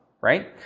right